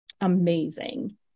amazing